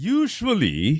usually